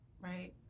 right